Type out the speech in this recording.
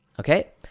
Okay